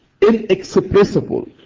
inexpressible